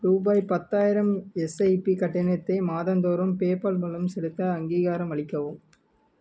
ரூபாய் பத்தாயிரம் எஸ்ஐபி கட்டணத்தை மாதந்தோறும் பேபால் மூலம் செலுத்த அங்கீகாரம் அளிக்கவும்